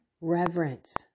reverence